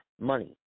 Money